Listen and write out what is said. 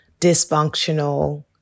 dysfunctional